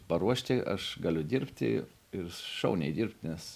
paruošti aš galiu dirbti ir šauniai dirbt nes